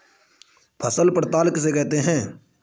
फसल पड़ताल किसे कहते हैं?